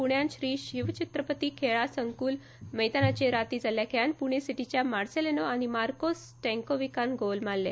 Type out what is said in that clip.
पूण्यात श्री शिवछत्रपती खेळा संकूल मैदानाचेर राती जाल्ल्या खेळात पूणे सीटीच्या मार्सेलोनो आनी मार्को स्टेंकोविकान गोल मारले